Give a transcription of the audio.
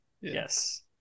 Yes